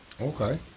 Okay